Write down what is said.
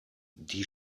die